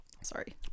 Sorry